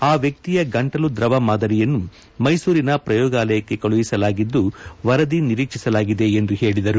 ಆ ವ್ಯಕ್ತಿಯ ಗಂಟಲು ದ್ರವ ಮಾದರಿಯನ್ನು ಮೈಸೂರಿನ ಪ್ರಯೋಗಾಲಯಕ್ಕೆ ಕಳುಹಿಸಲಾಗಿದ್ದು ವರದಿ ನಿರೀಕ್ಷಿಸಲಾಗಿದೆ ಎಂದು ಹೇಳಿದರು